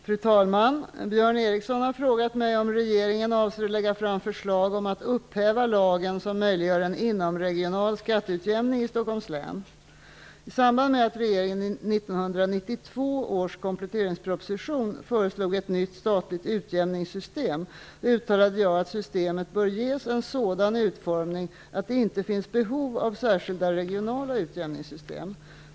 Fru talman! Björn Ericson har frågat mig om regeringen avser att lägga fram förslag om att upphäva lagen som möjliggör en inomregional skatteutjämning i Stockholms län. I samband med att regeringen i 1992 års kompletteringsproposition föreslog ett nytt statligt utjämningssystem uttalade jag att systemet bör ges en sådan utformning att det inte finns behov av särskilda regionala utjämningssystem.